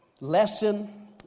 lesson